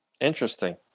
Interesting